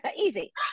Easy